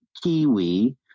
kiwi